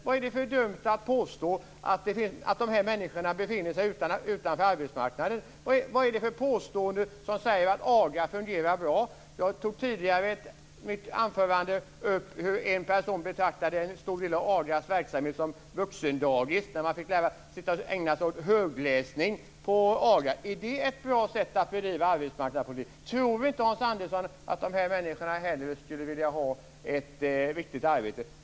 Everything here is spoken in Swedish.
Vad är det för dumheter att påstå att de här människorna befinner sig utanför arbetsmarknaden? Vad är det för påstående att AGA fungerar bra? Jag tog ju i ett tidigare anförande upp hur en person betraktade en stor del av AGA:s verksamhet som vuxendagis där man fick sitta och ägna sig åt högläsning. Är det ett bra sätt att bedriva arbetsmarknadspolitik? Tror inte Hans Andersson att de här människorna hellre skulle vilja ha ett riktigt arbete?